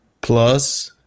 plus